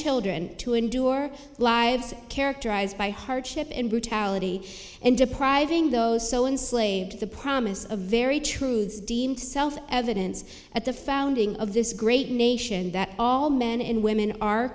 children to endure lives characterized by hardship and brutality and depriving those so in slaves the promise of a very truth is deemed self evident at the founding of this great nation that all men and women are